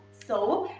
so